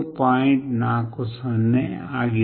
40 ಆಗಿದೆ